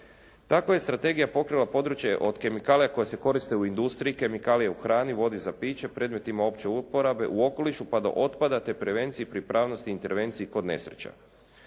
Takva je strategija pokrila područje od kemikalija koje se koriste u industriji, kemikalija u hrani, vodi za piće, predmetima opće uporabe u okolišu pa do otpada te prevenciji, pripravnosti, intervenciji kod nesreća.